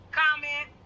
comment